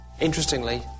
interestingly